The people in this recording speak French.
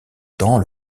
temps